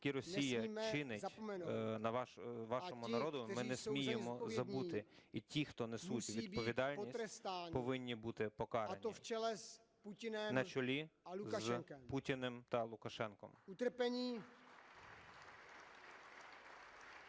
які Росія чинить вашому народу, ми не сміємо забути, і ті, хто несуть відповідальність, повинні бути покарані на чолі з Путіним та Лукашенком. (Оплески)